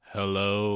Hello